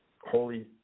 holy